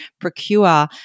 procure